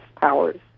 powers